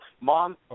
Mom